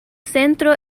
centro